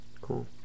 Cool